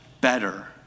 better